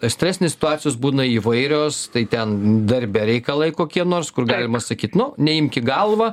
stresinės situacijos būna įvairios tai ten darbe reikalai kokie nors kur galima sakyti nu neimk į galvą